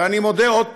ואני מודה, עוד פעם,